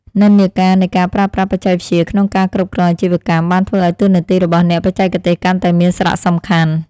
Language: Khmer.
និន្នាការនៃការប្រើប្រាស់បច្ចេកវិទ្យាក្នុងការគ្រប់គ្រងអាជីវកម្មបានធ្វើឱ្យតួនាទីរបស់អ្នកបច្ចេកទេសកាន់តែមានសារៈសំខាន់។